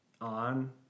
on